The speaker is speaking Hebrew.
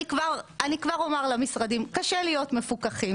אני כבר אומר למשרדים קשה להיות מפוקחים.